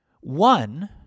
One